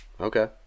Okay